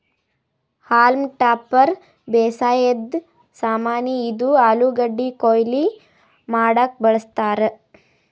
haulm topper ಬೇಸಾಯದ್ ಸಾಮಾನಿ, ಇದು ಆಲೂಗಡ್ಡಿ ಕೊಯ್ಲಿ ಮಾಡಕ್ಕ್ ಬಳಸ್ತಾರ್